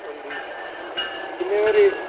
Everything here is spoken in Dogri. अंजी किन्ने रेट